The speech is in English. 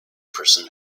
person